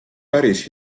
päris